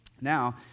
now